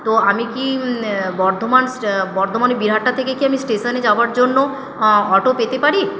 তো আমি কি বর্ধমান বর্ধমানের বীরহাটা থেকে কি আমি স্টেশনে যাওয়ার জন্য অটো পেতে পারি